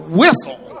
whistle